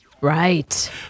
right